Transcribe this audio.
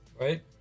right